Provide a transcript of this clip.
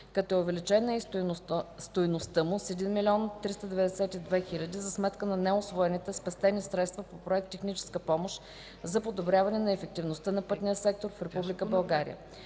като е увеличена и стойността му с 1 392 000,00 лв. за сметка на неусвоените (спестени) средства по проект „Техническа помощ за подобряване на ефективността на пътния сектор в